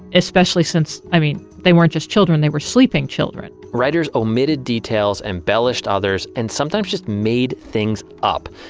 especially since, i mean, they weren't just children, they were sleeping children. writers omitted details, embellished others and sometimes just made things up.